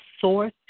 source